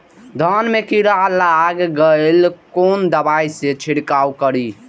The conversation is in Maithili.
धान में कीरा लाग गेलेय कोन दवाई से छीरकाउ करी?